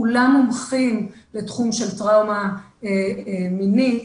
כולם מומחים בתחום של טראומה מינית,